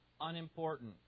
unimportant